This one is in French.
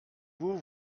vous